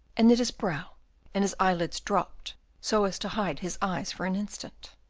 and knit his brow and his eyelids dropped so as to hide his eyes for an instant.